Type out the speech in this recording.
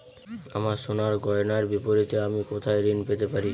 আমার সোনার গয়নার বিপরীতে আমি কোথায় ঋণ পেতে পারি?